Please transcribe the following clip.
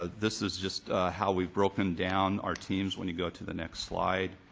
ah this is just how we've broken down our teams, when you go to the next slide.